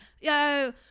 yo